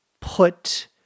put